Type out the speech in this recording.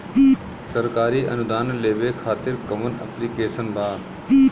सरकारी अनुदान लेबे खातिर कवन ऐप्लिकेशन बा?